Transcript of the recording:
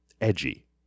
edgy